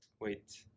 Wait